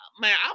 man